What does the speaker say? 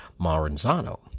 Maranzano